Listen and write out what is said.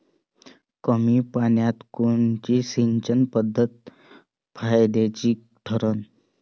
कमी पान्यात कोनची सिंचन पद्धत फायद्याची ठरन?